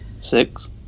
Six